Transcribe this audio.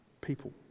people